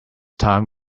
time